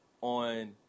on